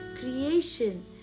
creation